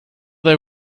they